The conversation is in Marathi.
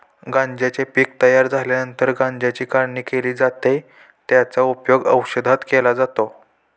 गांज्याचे पीक तयार झाल्यावर गांज्याची काढणी केली जाते, त्याचा उपयोग औषधात केला जातो